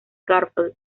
garfield